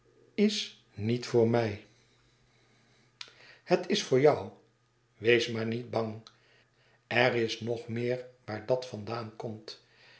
is niet voor mij het is voor jou wees maar niet bang er is nog meer waar dat vandaan komt